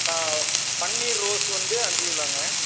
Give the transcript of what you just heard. ஆ பன்னீர் ரோஸ் வந்து அஞ்சு கிலோங்க